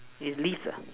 in lease